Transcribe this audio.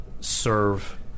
serve